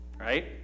right